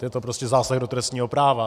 Je to prostě zásah do trestního práva.